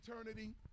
eternity